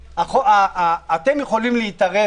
אתם יכולים להתערב